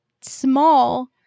small